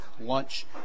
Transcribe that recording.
lunch